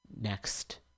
next